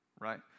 right